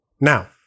Now